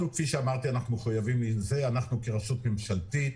אנחנו כרשות ממשלתית